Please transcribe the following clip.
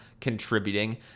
contributing